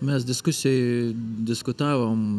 mes diskusijoj diskutavom